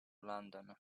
london